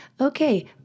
Okay